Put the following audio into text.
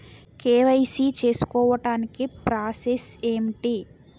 KYC చేసుకోవటానికి process ఏంటి?